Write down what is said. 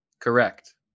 Correct